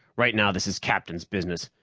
right now, this is captain's business.